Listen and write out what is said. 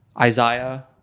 Isaiah